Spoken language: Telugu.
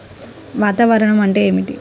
వాతావరణం అంటే ఏమిటి?